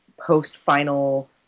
post-final